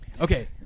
Okay